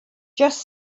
just